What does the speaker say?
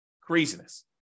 Craziness